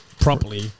properly